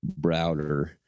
browder